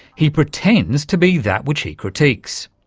he pretends to be that which he critiques.